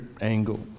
angle